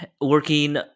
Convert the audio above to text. working